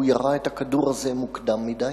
הוא ירה את הכדור הזה מוקדם מדי,